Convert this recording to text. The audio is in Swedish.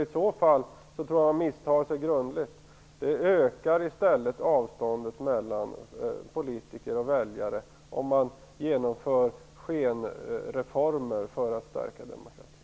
I så fall har ni misstagit er grundligt. Det ökar i stället avståndet mellan politiker och väljare om man genomför skenreformer för att stärka demokratin.